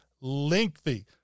lengthy